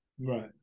Right